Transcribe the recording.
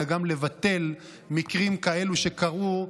אלא גם לבטל מקרים כאלו שקרו,